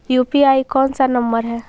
UPI कोन सा number हैं?